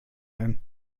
ein